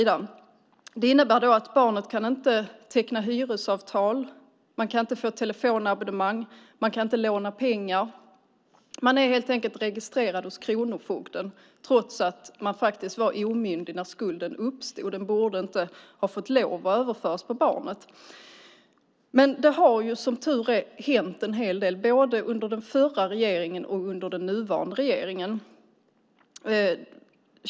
Det innebär att barnet inte kan teckna hyresavtal, inte kan få telefonabonnemang och inte kan låna pengar. Man är helt enkelt registrerad hos kronofogden trots att man var omyndig när skulden uppstod. Den borde inte ha fått överföras på barnet. Det har som tur är hänt en hel del, både under den förra regeringen och under den nuvarande regeringen.